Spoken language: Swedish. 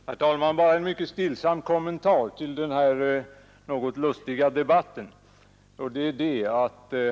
Herr talman! Bara en mycket stillsam kommentar till den här något lustiga debatten!